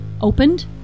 opened